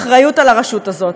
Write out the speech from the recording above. אחריות לרשות הזאת.